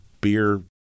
beer